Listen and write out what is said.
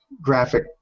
graphic